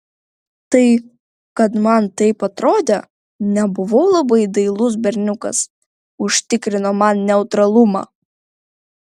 tai kad man taip atrodė nebuvau labai dailus berniukas užtikrino man neutralumą